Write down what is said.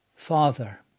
father